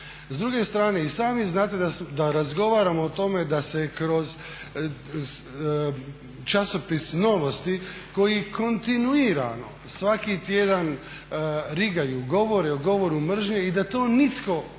S druge strane i sami znate da razgovaramo o tome da se kroz časopis "Novosti" koji kontinuirano svaki tjedan rigaju, govore o govoru mržnje i da to nitko u